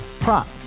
Prop